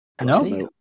No